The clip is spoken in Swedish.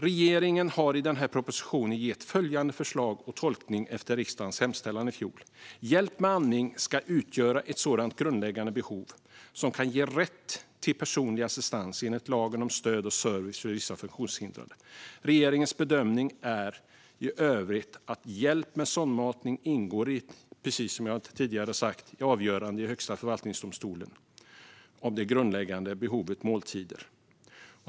Regeringen har i denna proposition gett följande förslag och tolkning efter riksdagens hemställan i fjol: Hjälp med andning ska utgöra ett sådant grundläggande behov som kan ge rätt till personlig assistans enligt lagen om stöd och service till vissa funktionshindrade. Regeringens bedömning i övrigt är att hjälp med sondmatning, enligt ett avgörande från Högsta förvaltningsdomstolen, ingår i det grundläggande behovet måltider.